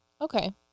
Okay